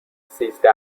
سیزده